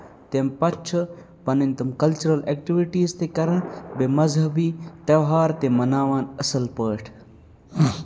تَمہِ پَتہٕ چھُ پَنٕنۍ تِم کَلچرَل ایٚکٹِوِٹیٖز تہِ کَران بیٚیہِ مذہبی تہوار تہِ مَناوان اَصٕل پٲٹھۍ